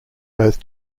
both